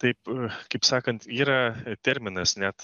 taip kaip sakant yra terminas net